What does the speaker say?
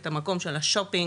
את המקום של השופינג.